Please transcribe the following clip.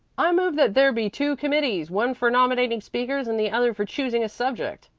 i move that there be two committees, one for nominating speakers and the other for choosing a subject.